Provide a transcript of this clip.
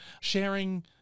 Sharing